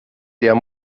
der